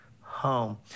home